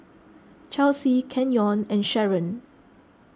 Chelsy Kenyon and Sharon